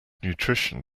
nutrition